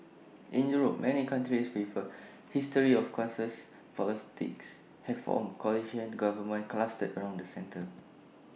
in Europe many countries with A history of consensus politics have formed coalition governments clustered around the centre